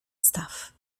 staw